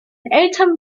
älteren